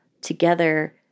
together